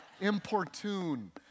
Importune